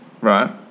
Right